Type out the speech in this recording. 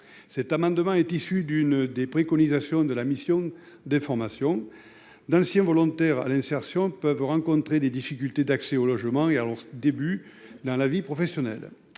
cet amendement est issu d'une des préconisations de la mission d'information d'anciens volontaires à l'insertion peuvent rencontrer des difficultés d'accès au logement et à leurs débuts dans la vie professionnelle.